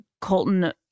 Colton